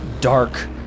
dark